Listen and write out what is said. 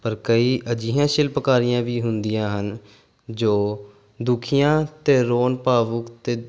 ਪਰ ਕਈ ਅਜਿਹੀਆਂ ਸ਼ਿਲਪਕਾਰੀਆਂ ਵੀ ਹੁੰਦੀਆਂ ਹਨ ਜੋ ਦੁਖੀਆਂ ਅਤੇ ਰੋਣ ਭਾਵੁਕ ਅਤੇ